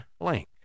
link